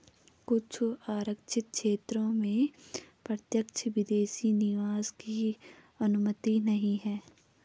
कुछ आरक्षित क्षेत्रों में प्रत्यक्ष विदेशी निवेश की अनुमति नहीं है